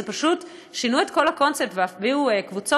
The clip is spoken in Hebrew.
פשוט שינו את כל הקונספט והביאו קבוצות